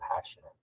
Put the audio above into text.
passionate